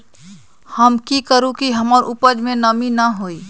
हम की करू की हमर उपज में नमी न होए?